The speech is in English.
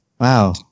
Wow